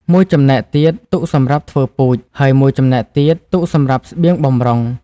មួយចំណែកទៀតទុកសម្រាប់ធ្វើពូជ ហើយមួយចំណែកទៀតទុកសម្រាប់ស្បៀងបម្រុង។